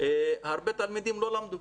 הרבה תלמידים לא למדו,